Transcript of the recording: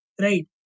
Right